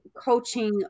coaching